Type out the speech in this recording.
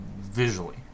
visually